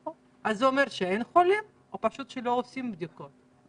זה אומר שאין חולים או שפשוט לא עושים בדיקות?